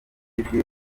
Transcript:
ijwi